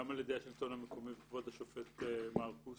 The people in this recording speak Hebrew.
גם על ידי השלטון המקומי וכבוד השופט מרכוס.